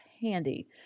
handy